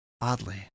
oddly